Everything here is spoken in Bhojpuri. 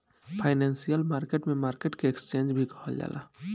फाइनेंशियल मार्केट में मार्केट के एक्सचेंन्ज भी कहल जाला